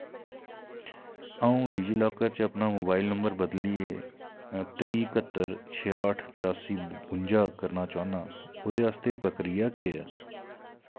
अऊं डिजीलाकर च अपना मोबाइल नंबर बदलियै त्रीह् क्हत्तर छेआठ त्रासी बुंजा करना चाह्न्नां ओह्दे आस्तै प्रक्रिया केह् ऐ